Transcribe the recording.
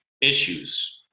issues